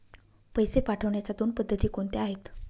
पैसे पाठवण्याच्या दोन पद्धती कोणत्या आहेत?